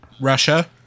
Russia